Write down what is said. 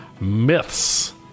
myths